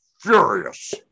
furious